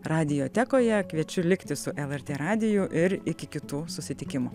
radijotekoje kviečiu likti su lrt radiju ir iki kitų susitikimų